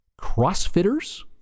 crossfitters